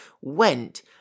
went